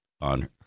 on